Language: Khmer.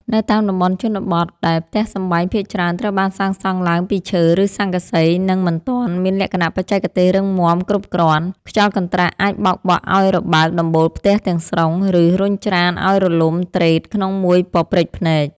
នៅតាមតំបន់ជនបទ ដែលផ្ទះសម្បែងភាគច្រើនត្រូវបានសាងសង់ឡើងពីឈើ ឬស័ង្កសី និងមិនទាន់មានលក្ខណៈបច្ចេកទេសរឹងមាំគ្រប់គ្រាន់ ខ្យល់កន្ត្រាក់អាចបោកបក់ឱ្យរបើកដំបូលផ្ទះទាំងស្រុង ឬរុញច្រានឱ្យរលំទ្រេតក្នុងមួយប៉ព្រិចភ្នែក។